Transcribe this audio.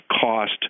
cost